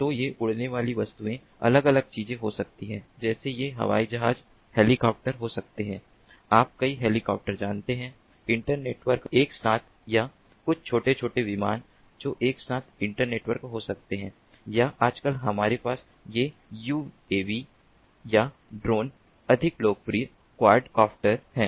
तो ये उड़ने वाली वस्तुएं अलग अलग चीजें हो सकती हैं जैसे ये हवाई जहाज हेलीकॉप्टर हो सकते हैं आप कई हेलीकॉप्टर जानते हैं इंटर नेटवर्क एक साथ या कुछ छोटे छोटे विमान जो एक साथ इंटर नेटवर्क हो सकते हैं या आजकल हमारे पास ये यूएवी या ड्रोन अधिक लोकप्रिय क्वाड कॉप्टर हैं